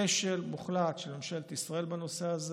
אני חושב שזה זה כשל מוחלט של ממשלת ישראל בנושא הזה,